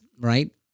right